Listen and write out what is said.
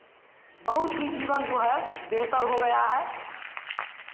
बहुत ही जीवन जो है बेहतर हो गया है